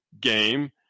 game